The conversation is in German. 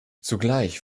zugleich